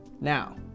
Now